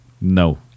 No